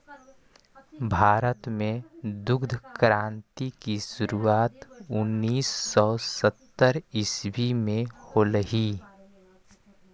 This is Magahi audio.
भारत में दुग्ध क्रान्ति की शुरुआत उनीस सौ सत्तर ईसवी में होलई